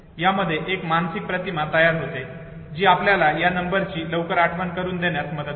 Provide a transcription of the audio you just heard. यामुळे एक मानसिक प्रतिमा तयार होते जी आपल्याला या नंबरची लवकर आठवण करून देण्यात मदत करते